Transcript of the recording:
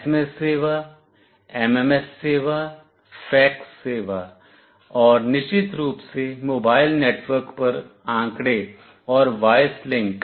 SMS सेवा MMS सेवा fax सेवा और निश्चित रूप से मोबाइल नेटवर्क पर आंकड़े और वॉयस लिंक